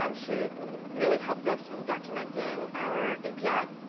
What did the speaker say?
um she really helped us in documenting our api.